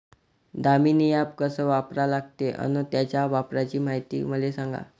Damini app कस वापरा लागते? अन त्याच्या वापराची मायती मले सांगा